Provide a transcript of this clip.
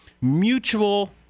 mutual